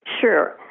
Sure